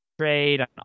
trade